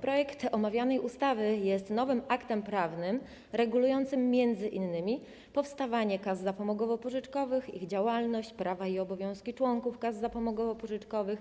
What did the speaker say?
Projekt omawianej ustawy jest nowym aktem prawnym regulującym m.in. powstawanie kas zapomogowo-pożyczkowych i ich działalność, prawa i obowiązki członków kas zapomogowo-pożyczkowych,